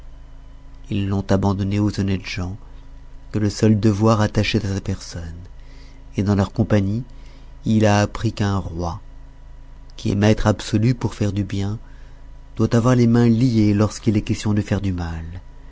ils l'ont abandonné aux honnêtes gens que le seul devoir attachait à sa personne et dans leur compagnie il a appris qu'un roi qui est maître absolu pour faire du bien doit avoir les mains liées lorsqu'il est question de faire du mal